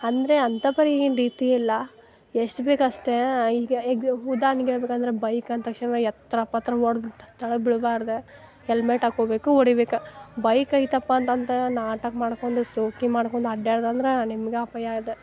ಅಂದರೆ ಅಂಥ ಪರಿ ಏನು ರೀತಿ ಇಲ್ಲ ಎಷ್ಟು ಬೇಕು ಅಷ್ಟೇ ಈಗ ಈಗ ಉದಾಹರ್ಣೆಗ್ ಹೇಳ್ಬೇಕು ಅಂದ್ರೆ ಬೈಕ್ ಅಂದ ತಕ್ಷಣ ಎತ್ರ ಪತ್ರ ಹೊಡ್ದು ಕೆಳಕ್ ಬಿಳ್ಬಾರ್ದು ಹೆಲ್ಮೆಟ್ ಹಾಕ್ಕೋಬೇಕು ಹೊಡಿಬೇಕು ಬೈಕ್ ಆಯಿತಪ್ಪ ಅಂತಂದ್ರೆ ನಾಟಕ ಮಾಡ್ಕೊಂಡು ಶೋಕಿ ಮಾಡ್ಕೊಂಡು ಅಡ್ಯಾಡೋದಂದ್ರೆ ನಮಗೆ ನಿಮಗೆ ಅಪಾಯ ಅದು